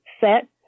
set